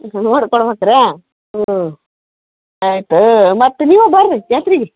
ನೋಡ್ಕೊಂಡು ಬರ್ತೀರಾ ಹ್ಞೂ ಆಯಿತು ಮತ್ತು ನೀವೂ ಬನ್ರಿ ಜಾತ್ರೆಗೆ